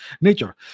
nature